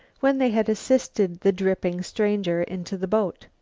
when they had assisted the dripping stranger into the boat.